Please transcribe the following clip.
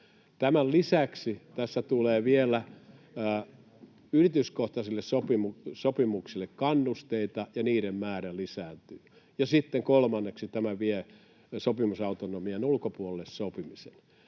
Tämän lisäksi tässä tulee vielä yrityskohtaisille sopimuksille kannusteita ja niiden määrä lisääntyy. Sitten kolmanneksi tämä vie sopimisen sopimusautonomian ulkopuolelle.